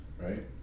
Right